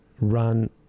run